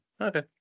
Okay